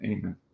Amen